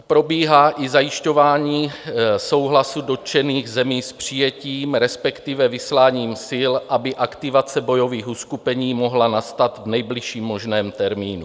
probíhá i zajišťování souhlasu dotčených zemí s přijetím, respektive s vysláním sil, aby aktivace bojových uskupení mohla nastat v nejbližším možném termínu.